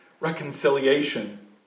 reconciliation